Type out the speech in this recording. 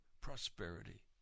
prosperity